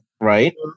right